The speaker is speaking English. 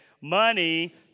Money